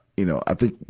you know, i think,